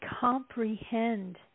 comprehend